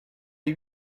les